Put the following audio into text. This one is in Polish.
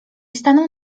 stanął